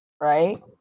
Right